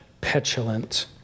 petulant